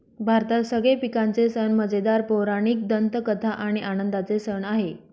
भारतात सगळे पिकांचे सण मजेदार, पौराणिक दंतकथा आणि आनंदाचे सण आहे